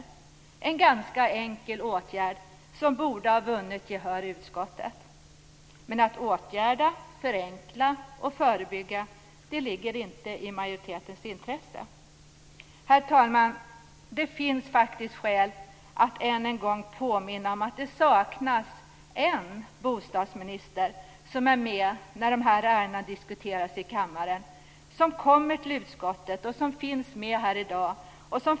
Det är en ganska enkel åtgärd, som borde ha vunnit gehör i utskottet. Men att åtgärda, förenkla och förebygga ligger inte i majoritetens intresse. Herr talman! Det finns faktiskt skäl att än en gång påminna om att det saknas en bostadsminister som är med när dessa ärenden diskuteras i kammaren och som kommer till utskottet och för en dialog med oss.